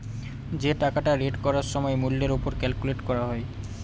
যে টাকাটা রেট করার সময় মূল্যের ওপর ক্যালকুলেট করা হয়